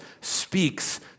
speaks